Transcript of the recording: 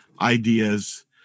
ideas